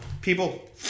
people